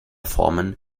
formen